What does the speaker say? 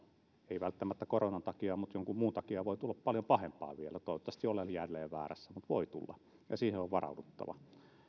ei välttämättä koronan takia mutta jonkun muun takia voi jatkossa tulla paljon pahempaa vielä toivottavasti olen jälleen väärässä mutta voi tulla ja siihen on varauduttava